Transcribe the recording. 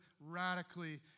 radically